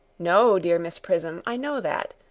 no, dear miss prism, i know that,